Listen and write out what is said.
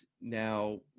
now